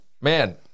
Man